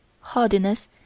Hardiness